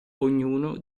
ognuno